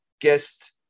guest